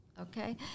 okay